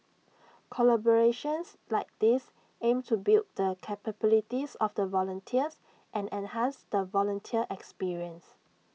collaborations like these aim to build the capabilities of the volunteers and enhance the volunteer experience